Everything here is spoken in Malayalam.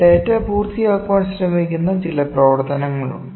ഡാറ്റ പൂർത്തിയാക്കാൻ ശ്രമിക്കുന്ന ചില പ്രവർത്തനങ്ങളുണ്ട്